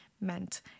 meant